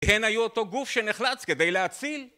הן היו אותו גוף שנחלץ כדי להציל?